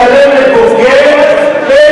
אנחנו צריכים לשלם לבוגד פנסיה.